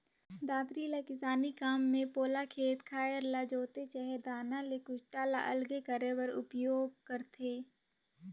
दँतरी ल किसानी काम मे पोला खेत खाएर ल जोते चहे दाना ले कुसटा ल अलगे करे बर उपियोग करथे